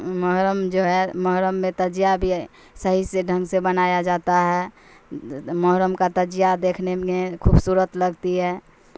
محرم جو ہے محرم میں تعزیہ بھی ہے صحیح سے ڈھنگ سے بنایا جاتا ہے محرم کا تعزیہ دیکھنے میں خوبصورت لگتی ہے